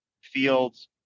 Fields